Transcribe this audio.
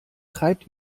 treibt